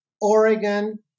Oregon